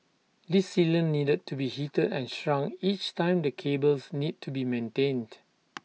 this sealant needed to be heated and shrunk each time the cables need to be maintained